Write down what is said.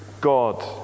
God